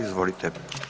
Izvolite.